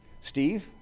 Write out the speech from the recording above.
Steve